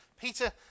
Peter